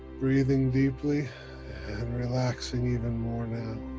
breathing deeply and relaxing even more now.